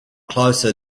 closer